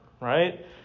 right